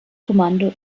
kommando